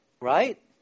right